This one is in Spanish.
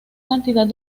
cantidad